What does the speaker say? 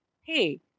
hey